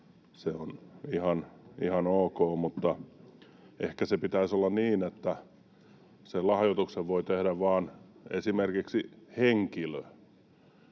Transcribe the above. Se on ihan ok, mutta ehkä sen pitäisi olla niin, että sen lahjoituksen voi tehdä vain esimerkiksi henkilö.